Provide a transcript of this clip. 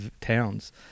towns